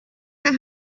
that